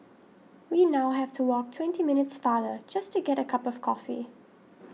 we now have to walk twenty minutes farther just to get a cup of coffee